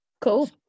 Cool